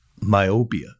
myopia